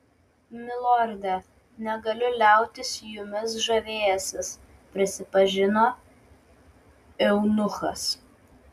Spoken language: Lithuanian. milorde negaliu liautis jumis žavėjęsis prisipažino eunuchas